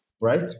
right